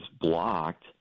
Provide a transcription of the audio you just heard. blocked